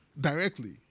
directly